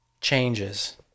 Changes